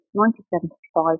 1975